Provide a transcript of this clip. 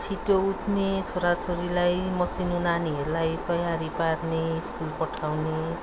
छिटो उठ्ने छोराछोरीलाई मसिनो नानीहरूलाई तयारी पार्ने स्कुल पठाउने